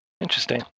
Interesting